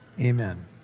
amen